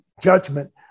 judgment